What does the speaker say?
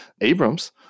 Abrams